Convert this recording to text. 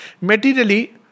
Materially